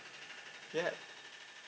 yup